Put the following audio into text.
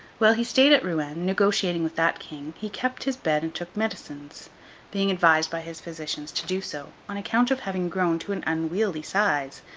while he stayed at rouen, negotiating with that king, he kept his bed and took medicines being advised by his physicians to do so, on account of having grown to an unwieldy size.